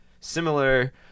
similar